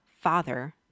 Father